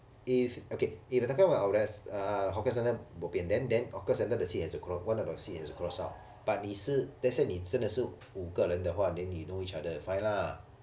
if okay if you talking about hawker centre bo pian then then hawker centre the seat has to cro~ one of the seats have to cross out but 你是 let's say 你真的是五个人的话 then you know each other fine lah